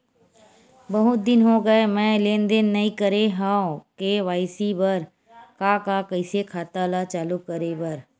बहुत दिन हो गए मैं लेनदेन नई करे हाव के.वाई.सी बर का का कइसे खाता ला चालू करेबर?